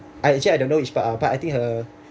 I actually I don't know but I think her